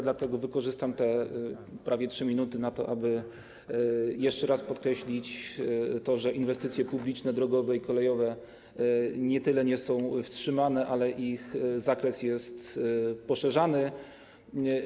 Dlatego wykorzystam te prawie 3 minuty, aby jeszcze raz podkreślić to, że inwestycje publiczne drogowe i kolejowe nie tyle nie są wstrzymane, ile ich zakres jest poszerzany.